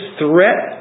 threat